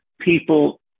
people